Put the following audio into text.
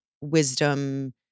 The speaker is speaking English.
wisdom